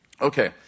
Okay